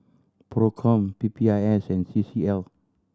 Procom P P I S and C C L